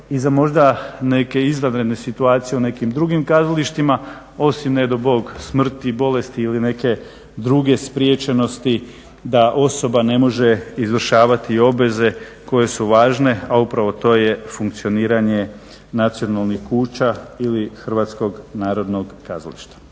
i za možda neke izvanredne situacije u nekim drugim kazalištima osim nedo bog smrti, bolesti ili neke druge spriječenosti, da osoba ne može izvršavati obveze koje su važne a upravo to je funkcioniranje nacionalnih kuća ili HNK-a. Hvala